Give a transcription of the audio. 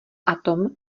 atom